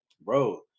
Bro